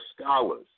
scholars